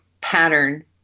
pattern